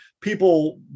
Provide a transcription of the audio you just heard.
People